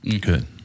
Good